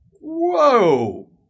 whoa